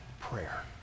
prayer